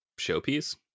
showpiece